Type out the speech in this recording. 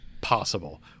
possible